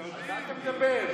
על מה אתה מדבר?